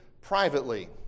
privately